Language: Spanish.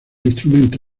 instrumento